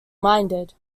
minded